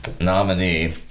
nominee